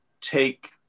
take